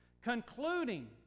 concluding